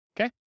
Okay